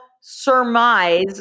surmise